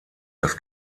das